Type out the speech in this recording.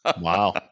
Wow